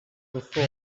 before